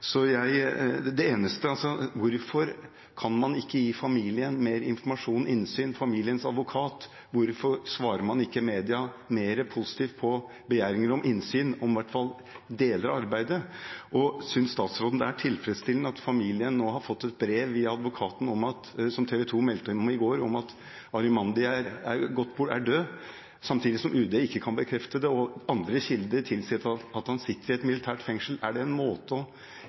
Hvorfor kan man ikke gi familien og familiens advokat mer informasjon, innsyn? Hvorfor svarer man ikke media mer positivt på begjæringer om innsyn i i hvert fall deler av arbeidet? Og synes utenriksministeren det er tilfredsstillende at familien nå har fått et brev via advokaten – som TV 2 meldte om i går – om at Arjemandi er gått bort, er død, samtidig som UD ikke kan bekrefte det, og andre kilder sier at han sitter i et militært fengsel? Er det en måte å